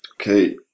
Okay